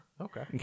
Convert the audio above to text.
Okay